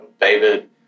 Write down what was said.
david